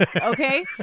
Okay